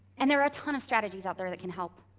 and there are a ton of strategies out there that can help.